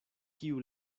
kiu